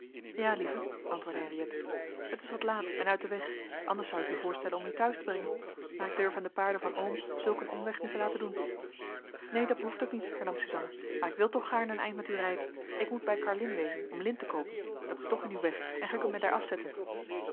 ja lieve antwoordde henriëtte het is wat laat en uit den weg anders zou ik u voorstellen om u te huis te brengen maar ik durf aan de paarden van oom zulk een omweg niet te laten doen neen dat behoeft ook niet hernam suzanna maar ik wil toch gaarne een eind met u rijden ik moet bij carlin wezen om lint te koopen dat is toch in uw weg en gij kunt mij daar afzetten